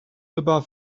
above